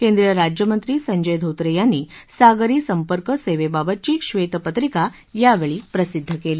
केंद्रीय राज्यमंत्री संजय धोत्रे यांनी सागरी संपर्क सेवेबाबतची श्वेतपत्रिका यावेळी प्रसिद्ध केली